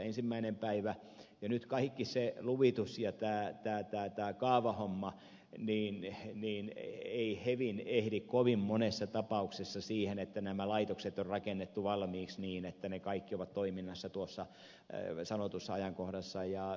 nyt kun on kaikki se luvitus ja tämä kaavahomma niin ei hevin ehdi kovin monessa tapauksessa siihen että nämä laitokset on rakennettu valmiiksi niin että ne kaikki ovat toiminnassa tuossa sanotussa ajankohdassa